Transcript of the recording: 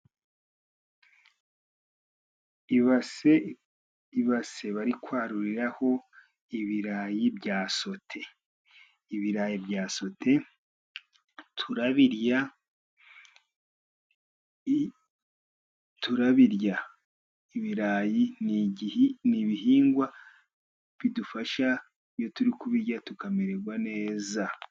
Ibase, ibase bari kwaruriraho ibirayi bya sote. Ibirayi bya sote turabirya. Ibirayi ni ibihingwa bidufasha, iyo turi kubirya tukamererwa neza.